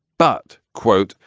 but, quote,